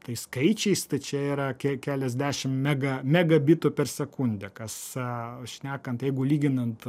tai skaičiais tai čia yra ke keliasdešimt mega megabitų per sekundę kas a šnekant jeigu lyginant